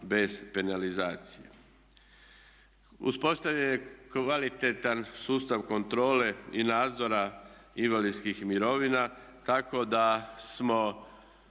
bez penalizacije. Uspostavljen je kvalitetan sustav kontrole i nadzora invalidskih mirovina tako da smo